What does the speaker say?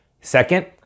second